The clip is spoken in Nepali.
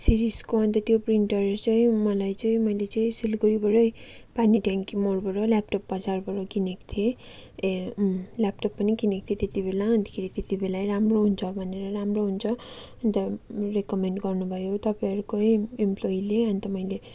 सिरिसको अन्त त्यो प्रिन्टर चाहिँ मलाई चाहिँ मैले चाहिँ सिलिगुडीबाटै पानी ट्याङ्की मोडबाट ल्यापटप बजारबाट किनेको थिएँ ए ल्यापटप पनि किनेको थिएँ त्यति बेला अन्तखेरि त्यति बेलै राम्रो हुन्छ भनेर राम्रो हुन्छ अन्त रेकमेन्ड गर्नु भयो तपाईँहरूकै इम्प्लोइले अन्त मैले